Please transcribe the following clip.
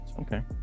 okay